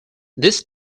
this